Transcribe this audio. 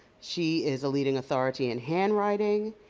she is a leading authority in handwriting,